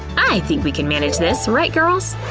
i think we can manage this, right girls?